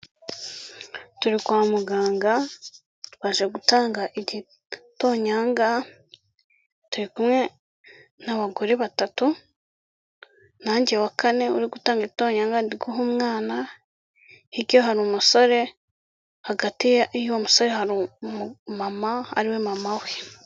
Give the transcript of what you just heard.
Turi kwa muganga, twaje gutanga igitonyanga, turi kumwe n'abagore batatu, na njye wa kane uri gutanga igitonyanga ndi guha umwana, hirya ye hari umusore, hagati y'uwo musore hari umumama, ari we mama we.